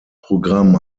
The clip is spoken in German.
programm